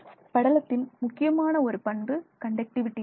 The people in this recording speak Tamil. படலத்தின் முக்கியமான ஒரு பண்பு கண்டக்டிவிடி ஆகும்